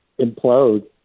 implode